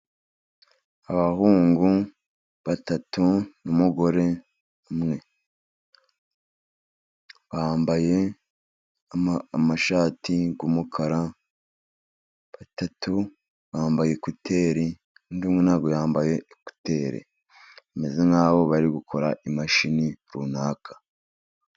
Abahungu batatu n'umugore umwe bambaye amashati y'umukara, batatu bambaye ekuteri undi umwe ntabwo yambaye ekuteri, bameze nk'aho bari gukora imashini runaka.